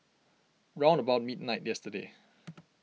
round about midnight yesterday